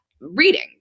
reading